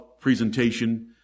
presentation